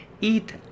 eat